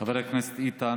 חבר הכנסת איתן,